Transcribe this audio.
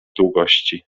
długości